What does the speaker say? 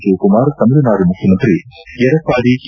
ಶಿವಕುಮಾರ್ ತಮಿಳುನಾಡು ಮುಖ್ಯಮಂತ್ರಿ ಎಡಪ್ಪಾಡಿ ಕೆ